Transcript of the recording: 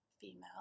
female